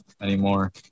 anymore